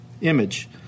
image